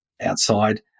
outside